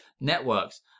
networks